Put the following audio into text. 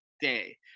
day